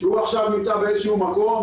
שהוא עכשיו נמצא באיזשהו מקום,